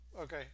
Okay